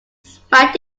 spat